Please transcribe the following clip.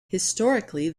historically